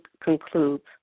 concludes